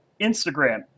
Instagram